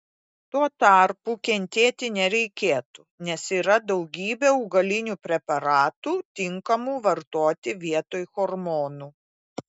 tuo tarpu kentėti nereikėtų nes yra daugybė augalinių preparatų tinkamų vartoti vietoj hormonų